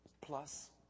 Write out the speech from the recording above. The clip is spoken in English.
plus